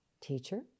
teacher